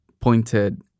pointed